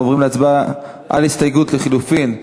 אנחנו עוברים להצבעה על ההסתייגות לחלופין.